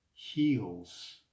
Heals